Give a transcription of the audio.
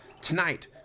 Tonight